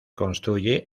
construye